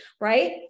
right